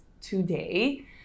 today